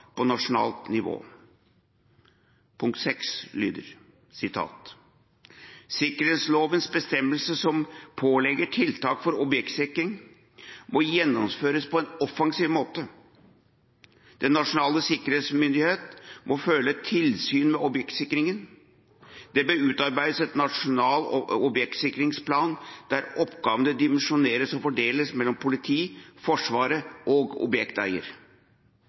på nasjonalt nivå. Punkt 6 lyder: «Sikkerhetslovens bestemmelser som pålegger tiltak for objektsikring, må gjennomføres på en offensiv måte. NSM må føre tilsyn med objektsikring. Det bør utarbeides en nasjonal objektsikringsplan der oppgavene dimensjoneres og fordeles mellom politi, Forsvaret og objekteier.